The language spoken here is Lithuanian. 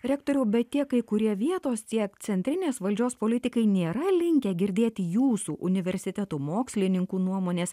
rektoriau bet tiek kai kurie vietos tiek centrinės valdžios politikai nėra linkę girdėti jūsų universitetų mokslininkų nuomonės